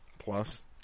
plus